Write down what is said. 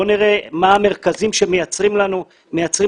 בואו נראה מה המרכזים שמייצרים לנו עומסים